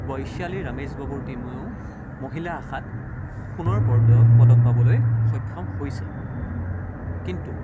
বৈশ্যালী ৰামেশ বাবুৰ টিমেও মহিলা শাখাত সোণৰ পৰ্দক পদক পাবলৈ সক্ষম হৈছে কিন্তু